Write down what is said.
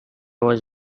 was